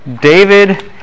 David